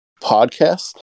podcast